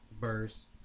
verse